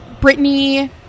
Britney